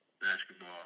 Basketball